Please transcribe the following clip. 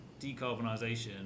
decarbonisation